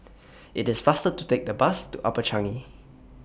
IT IS faster to Take The Bus to Upper Changi